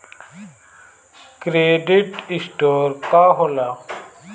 Credit score का होला?